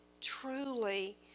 truly